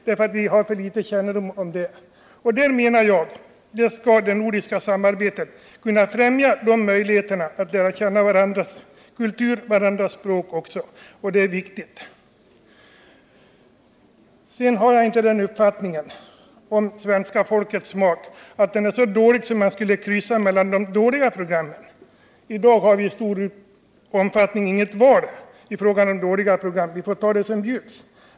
Det nordiska samarbetet via Nordsat kan främja möjligheterna att lära känna varandras kultur och språk, och det är viktigt. 119 Sedan har jag inte den uppfattningen om svenska folkets smak att den är så dålig att man skulle kryssa mellan de dåliga programmen. I dag har vi i stor omfattning inget val i fråga om dåliga program. Vi får ta det som bjuds.